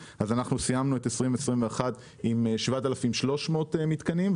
אנחנו סיימנו את 2021 עם 7,300 מתקנים.